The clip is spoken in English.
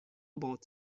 about